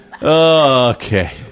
Okay